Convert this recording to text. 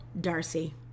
Darcy